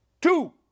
two